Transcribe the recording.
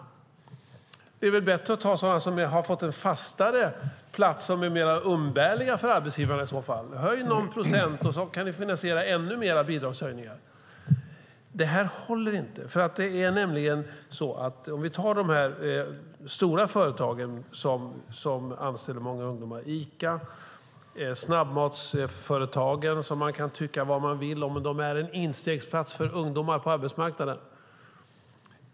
Det är väl bättre att ta sådana som har fått en fastare plats och är mer oumbärliga för arbetsgivarna i så fall. Höj någon procent, och så kan ni finansiera ännu mer bidragshöjningar. Detta håller inte. Vi kan ta de stora företagen som anställer många ungdomar, Ica och snabbmatsföretagen. De kan man tycka vad man vill om, men de är en instegsplats för ungdomar på arbetsmarknaden.